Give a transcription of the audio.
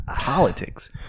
Politics